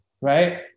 Right